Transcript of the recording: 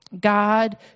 God